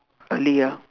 earlier